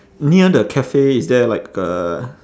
near the cafe is there like a